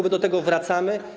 My do tego wracamy.